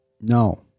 no